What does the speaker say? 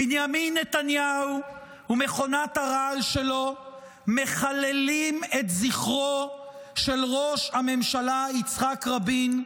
בנימין נתניהו ומכונת הרעל שלו מחללים את זכרו של ראש הממשלה יצחק רבין,